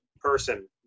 person